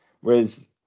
Whereas